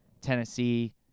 tennessee